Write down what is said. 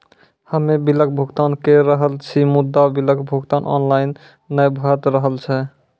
हम्मे बिलक भुगतान के रहल छी मुदा, बिलक भुगतान ऑनलाइन नै भऽ रहल छै?